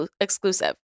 exclusive